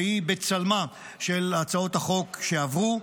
שהיא בצלמן של הצעות החוק שעברו.